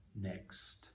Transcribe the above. next